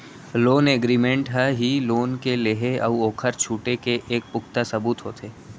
loan agreement ह ही loan के लेहे अउ ओखर छुटे के एक पुखता सबूत होथे